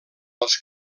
els